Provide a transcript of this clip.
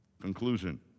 conclusion